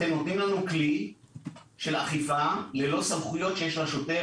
אתם נותנים לנו כלי של אכיפה ללא סמכויות שיש לשוטר,